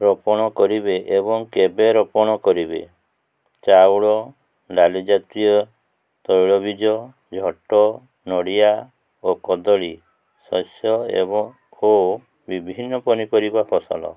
ରୋପଣ କରିବେ ଏବଂ କେବେ ରୋପଣ କରିବେ ଚାଉଳ ଡାଲି ଜାତୀୟ ତୈଳବୀଜ ଝୋଟ ନଡ଼ିଆ ଓ କଦଳୀ ଶସ୍ୟ ଏବଂ ଓ ବିଭିନ୍ନ ପନିପରିବା ଫସଲ